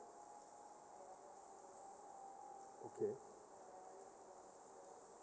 okay